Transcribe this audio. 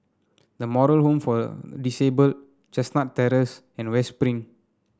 The Moral Home for Disabled Chestnut Terrace and West Spring